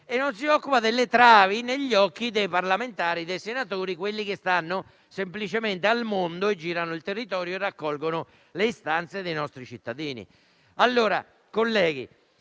e non si occupa delle travi negli occhi dei parlamentari, dei senatori, di quelli che stanno semplicemente nel mondo, girano per i territori e raccolgono le istanze dei nostri cittadini.